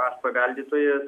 aš paveldėtojas